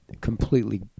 completely